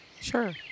Sure